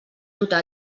duta